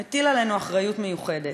מטיל עלינו אחריות מיוחדת.